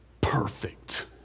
perfect